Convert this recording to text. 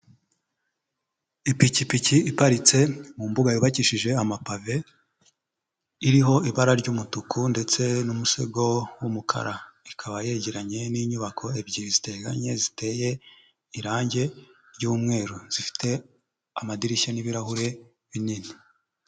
Ipikipiki iparitse mu mbuga yubakishije amapave, iriho ibara ry'umutuku ndetse n'umusego w'umukara. Ikaba yegeranye n'inyubako ebyiri ziteganye ziteye irangi ry'umweru, zifite amadirishya n'ibirahure binini.